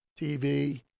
TV